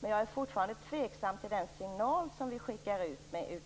Men jag är fortfarande tveksam till den signal som vi skickar ut med